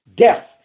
Death